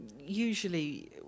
usually